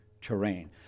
terrain